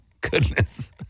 Goodness